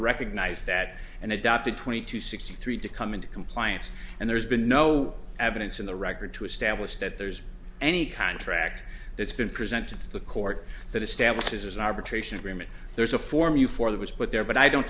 recognized that and adopted twenty two sixty three to come into compliance and there's been no evidence in the record to establish that there's any contract that's been present to the court that establishes an arbitration agreement there's a form you for that was put there but i don't